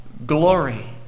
Glory